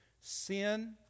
Sin